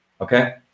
Okay